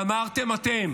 ואמרתם אתם